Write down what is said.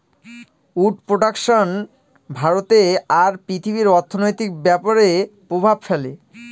would production ভারতে আর পৃথিবীর অর্থনৈতিক ব্যাপরে প্রভাব ফেলে